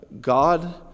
God